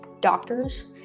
doctors